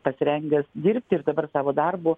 pasirengęs dirbti ir dabar savo darbu